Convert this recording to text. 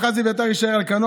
בבקשה, אדוני.